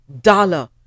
dollar